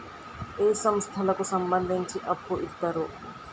ఏ సంస్థలకు సంబంధించి అప్పు ఇత్తరు?